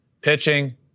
Pitching